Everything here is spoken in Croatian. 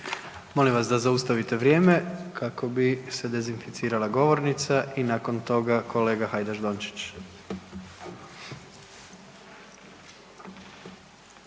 Molim vas da zaustavite vrijeme kako bi se dezinficirala govornica i nakon toga kolega Hajdaš Dončić.